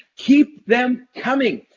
keep them coming.